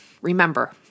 Remember